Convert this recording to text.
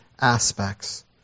aspects